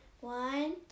one